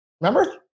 Remember